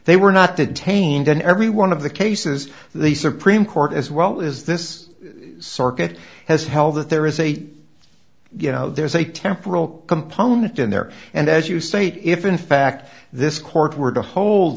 they were not detained and every one of the cases the supreme court as well is this circuit has held that there is a you know there's a temporal component in there and as you state if in fact this court were to hold